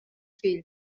fills